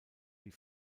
die